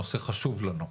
הנושא חשוב לנו.